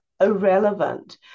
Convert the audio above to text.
irrelevant